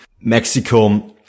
Mexico